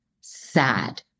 sad